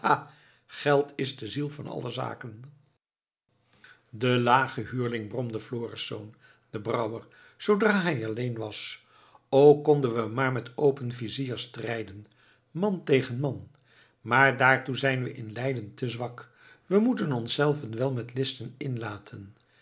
geld is de ziel van alle zaken de lage huurling bromde florisz de brouwer zoodra hij alleen was o konden we maar met open vizier strijden man tegen man maar daartoe zijn we in leiden te zwak we moeten onszelven wel met listen inlaten